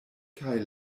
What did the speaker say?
kaj